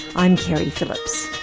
i'm keri phillips.